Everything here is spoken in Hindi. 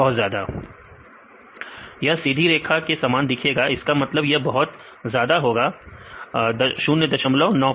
बहुत ज्यादा यह सीधी रेखा के समान दिखेगा इसका मतलब यह बहुत ज्यादा होगा 095